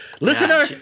Listener